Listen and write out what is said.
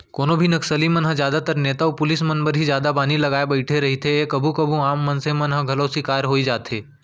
कोनो भी नक्सली मन ह जादातर नेता अउ पुलिस मन बर ही जादा बानी लगाय बइठे रहिथे ए कभू कभू आम मनसे मन ह घलौ सिकार होई जाथे